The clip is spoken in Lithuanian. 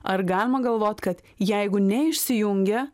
ar galima galvot kad jeigu neišsijungia